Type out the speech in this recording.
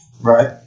Right